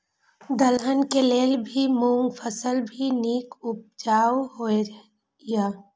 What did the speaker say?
दलहन के लेल भी मूँग फसल भी नीक उपजाऊ होय ईय?